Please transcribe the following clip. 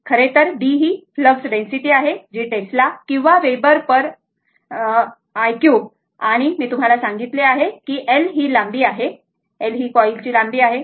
खरेतर B flux density आहे जी टेस्ला किंवा वेबर पर l3 आणि मी तुम्हाला सांगितले आहे की l ही लांबी आहे l ही कॉईलची लांबी आहे बरोबर